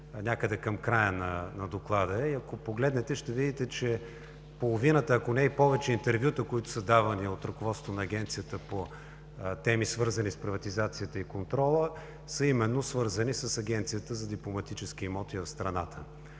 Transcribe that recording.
теми – към края на доклада е. Ако погледнете, ще видите, че половината, ако не и повече интервюта, давани от ръководството на Агенцията по теми, свързани с приватизацията и контрола, са именно свързани с Агенцията за дипломатически имоти в страната.